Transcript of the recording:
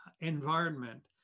environment